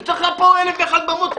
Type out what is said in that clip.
אני נותן לך אלף ואחת במות.